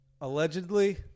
Allegedly